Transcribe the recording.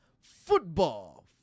football